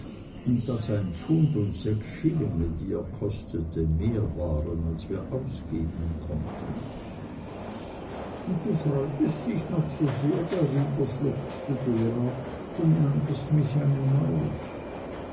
und daß ein pfund und sechs schillinge die er kostete mehr waren als wir ausgeben konnten und du freutest dich noch so sehr darüber schluchzte dora und nanntest mich eine maus